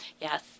Yes